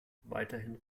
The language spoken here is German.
weiterhin